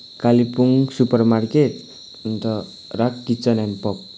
Kalimpong super market अन्त राक kitchen and pope